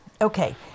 Okay